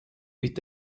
mit